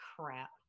crap